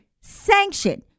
sanction